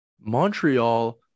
Montreal